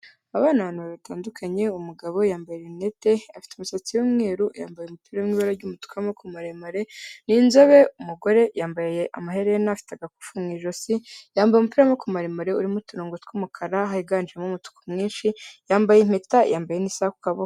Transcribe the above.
Aba ni abantu babiri batandukanye, umugabo yambaye rinete, afite imisatsi y'umweru, yambaye umupira uri mu ibara ry'umutuku w'amaboko maremare, ni inzobe, umugore yambaye amaherena, afite agakufe mu ijosi, yambaye umupira w'amaboko muremure urimo uturungu tw'umukara higanjemo umutuku mwinshi, yambaye impeta, yambaye n'isaha ku kaboko.